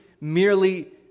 merely